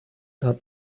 hat